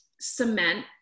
cement